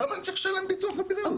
למה אני צריך לשלם ביטוח בריאות?